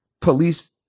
police